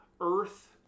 Earth